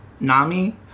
Nami